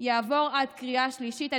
יעבור עד קריאה שלישית.